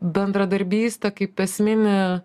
bendradarbystė kaip esminį